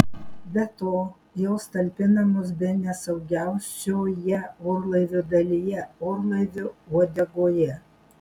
be to jos talpinamos bene saugiausioje orlaivio dalyje orlaivio uodegoje